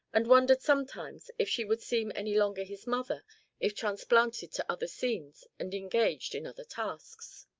and wondered sometimes if she would seem any longer his mother if transplanted to other scenes and engaged in other tasks.